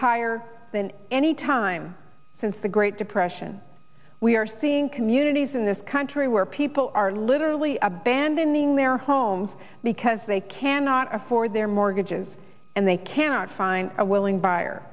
higher than any time since the great depression we are seeing communities in this country where people are literally abandoning their homes because they cannot afford their mortgages and they cannot find a willing buyer